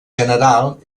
general